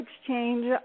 exchange